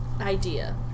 idea